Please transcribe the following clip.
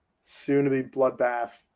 soon-to-be-bloodbath